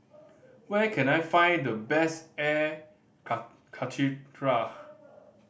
where can I find the best air karthira